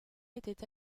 était